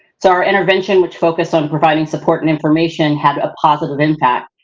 so, our intervention, which focused on providing support and information had a positive impact,